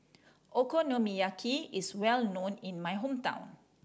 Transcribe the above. okonomiyaki is well known in my hometown